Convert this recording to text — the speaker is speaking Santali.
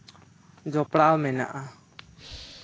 ᱡᱚᱯᱲᱟᱣ ᱢᱮᱱᱟᱜᱼᱟ